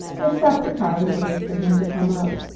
i stopped the car and waited for him to come up.